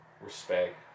respect